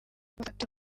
bafata